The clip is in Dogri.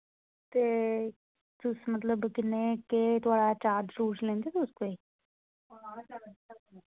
ते तुस मतलब किन्ने केह् थुआढ़ा चार्ज चुर्ज लैंदे तुस एह्